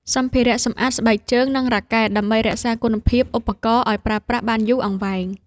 សម្ភារៈសម្អាតស្បែកជើង និងរ៉ាកែត ដើម្បីរក្សាគុណភាពឧបករណ៍ឱ្យប្រើប្រាស់បានយូរអង្វែង។